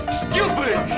stupid